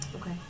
Okay